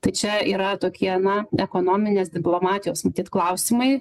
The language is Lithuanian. tai čia yra tokie na ekonominės diplomatijos matyt klausimai